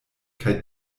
kaj